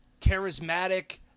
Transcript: Charismatic